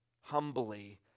humbly